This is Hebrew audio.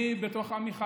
אני בתוך עמי חי.